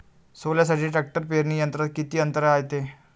सोल्यासाठी ट्रॅक्टर पेरणी यंत्रात किती अंतर रायते?